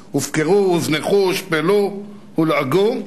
הוזנחו, הושפלו, הולעגו,